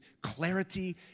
clarity